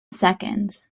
seconds